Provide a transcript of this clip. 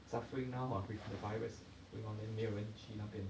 suffering now mah with the virus going on then 没有人去那边